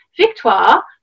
Victoire